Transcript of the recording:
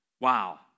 Wow